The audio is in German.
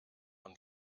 und